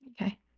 okay